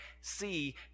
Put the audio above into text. see